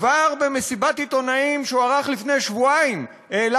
כבר במסיבת עיתונאים שהוא ערך לפני שבועיים העלה